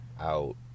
out